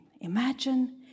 Imagine